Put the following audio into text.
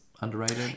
Underrated